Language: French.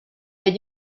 est